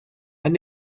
han